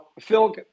Phil